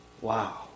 Wow